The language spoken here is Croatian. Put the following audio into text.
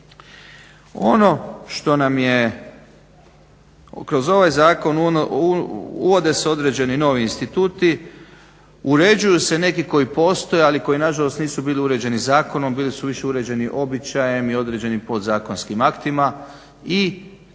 Ono što nam je kroz ovaj zakon uvode se novi određeni instituti, uređuju se neki koji postoje, ali koji nažalost nisu bili uređeni zakonom. Bili su više uređeni običajem i određenim potzakonskim aktima i idemo